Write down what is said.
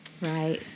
Right